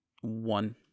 one